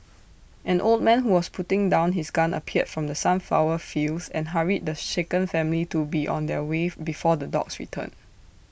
an old man who was putting down his gun appeared from the sunflower fields and hurried the shaken family to be on their way for before the dogs return